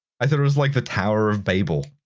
i thought it was like the tower of bayble.